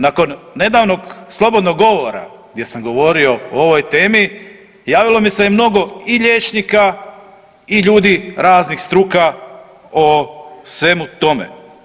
Nakon nedavnog slobodnog govora gdje sam govorio o ovoj temi javilo mi se je mnogo i liječnika i ljudi raznih struka o svemu tome.